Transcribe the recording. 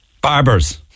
Barbers